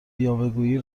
یاوهگویی